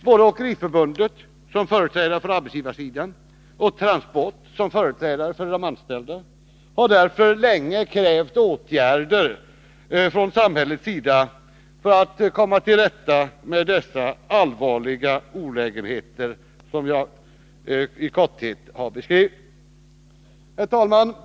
Både Åkeriförbundet, som företrädare för arbetsgivarsidan, och Transport, som företrädare för de anställda, har därför länge krävt åtgärder från samhällets sida för att komma till rätta med de allvarliga olägenheter som jag i korthet har beskrivit. Herr talman!